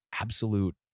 absolute